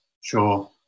sure